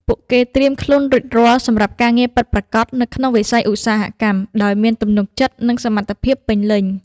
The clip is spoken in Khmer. ពួកគេត្រៀមខ្លួនរួចរាល់សម្រាប់ការងារពិតប្រាកដ នៅក្នុងវិស័យឧស្សាហកម្ម ដោយមានទំនុកចិត្ត និងសមត្ថភាពពេញលេញ។